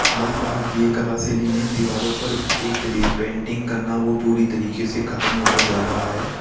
आज भारतीय कला शैली में दीवारों पर एक तरी पेंटिंग करना वो पूरी तरीके से खत्म होता जा रहा है